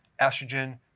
estrogen